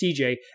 CJ